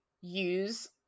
use